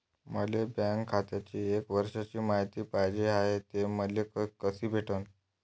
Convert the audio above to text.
मले माया बँक खात्याची एक वर्षाची मायती पाहिजे हाय, ते मले कसी भेटनं?